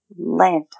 Lanta